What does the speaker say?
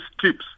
tips